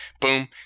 Boom